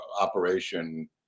operation